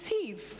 receive